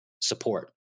support